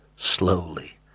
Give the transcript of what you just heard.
slowly